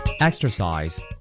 Exercise